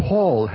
Paul